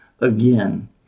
again